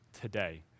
today